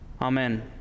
Amen